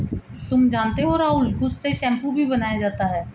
तुम जानते हो राहुल घुस से शैंपू भी बनाया जाता हैं